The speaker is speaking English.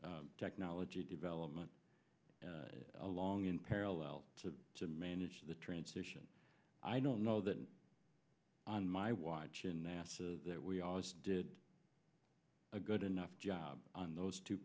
early technology development along in parallel to to manage the transition i don't know that on my watch in nasa that we always did a good enough job on those two